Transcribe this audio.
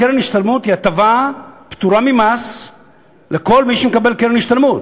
קרן השתלמות היא הטבה פטורה ממס לכל מי שמקבל קרן השתלמות,